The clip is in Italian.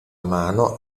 mano